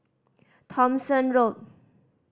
Thomson Road